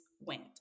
went